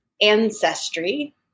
ancestry